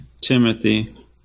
timothy